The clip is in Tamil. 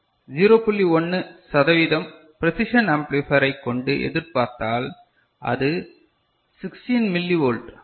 1 சதவீதம் பிரேசிஷன்ஆம்ப்ளிபயர் ஐ கொண்டு எதிர்பார்த்தால் அது 16 மில்லி வோல்ட்